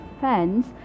fans